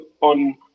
on